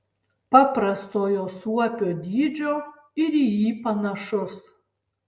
paprastojo suopio dydžio ir į jį panašus